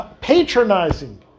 patronizing